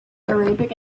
arabic